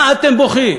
מה אתם בוכים?